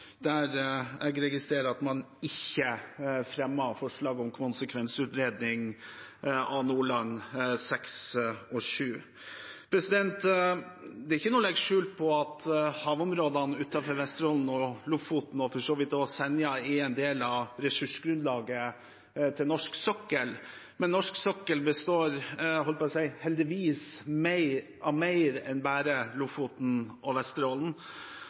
jeg registrerte ikke at man fremmet forslag om konsekvensutredning av Nordland VI og Nordland VII. Det er ikke til å legge skjul på at havområdene utenfor Vesterålen, Lofoten og for så vidt også Senja er en del av norsk sokkels ressursgrunnlag, men norsk sokkel består – jeg holdt på å si – heldigvis av mer enn bare Lofoten og Vesterålen.